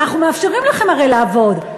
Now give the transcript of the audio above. אנחנו מאפשרים לכם הרי לעבוד,